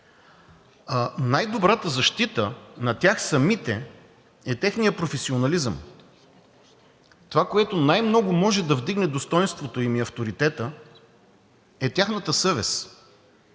Най добрата защита на тях самите е техният професионализъм. Това, което най-много може да вдигне достойнството им и авторитета, е тяхната съвест.